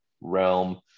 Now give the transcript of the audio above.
realm –